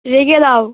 রেখে দাও